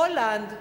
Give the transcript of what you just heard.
הולנד,